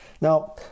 Now